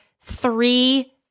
three